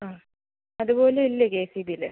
ആ അതുപോലും ഇല്ലേ കെ എസ് ഇ ബില്